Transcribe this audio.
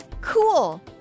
Cool